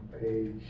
page